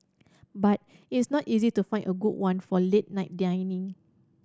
but its not easy to find a good one for late night dining